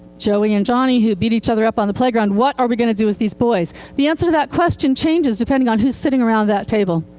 joey and johnny who beat each other up on the playground. what are we going to do with these boys? the answer to that question changes depending on who's sitting around that table.